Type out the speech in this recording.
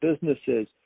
businesses